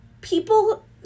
people